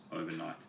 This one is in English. overnight